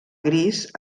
gris